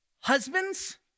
husbands